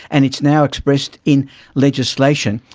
and it's now expressed in legislation,